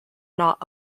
not